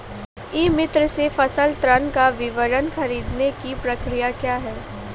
ई मित्र से फसल ऋण का विवरण ख़रीदने की प्रक्रिया क्या है?